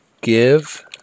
give